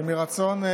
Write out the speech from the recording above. כי מרצון,